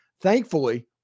Thankfully